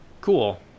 Cool